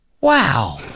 Wow